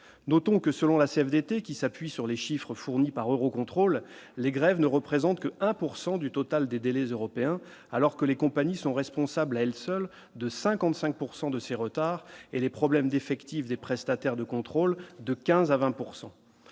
notons que selon la CFDT, qui s'appuie sur les chiffres fournis par Eurocontrol, les grèves ne représentent que 1 pourcent du total des délais européens alors que les compagnies sont responsables à elles seules de 55 pourcent de ces retards et les problèmes d'effectifs des prestataires de contrôle de 15 à 20